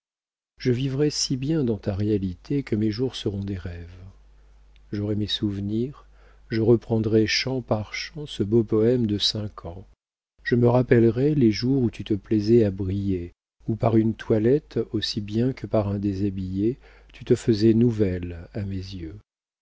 je vivrai si bien dans ta réalité que mes jours seront des rêves j'aurai mes souvenirs je reprendrai chant par chant ce beau poème de cinq ans je me rappellerai les jours où tu te plaisais à briller où par une toilette aussi bien que par un déshabillé tu te faisais nouvelle à mes yeux